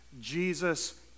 Jesus